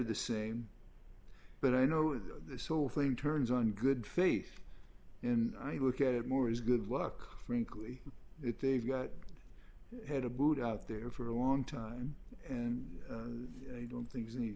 the same but i know this whole thing turns on good faith in i look at it more as good luck frankly they've got had a boot out there for a long time and i don't think there's any